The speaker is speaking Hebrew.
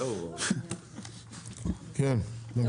כן, תמשיכי.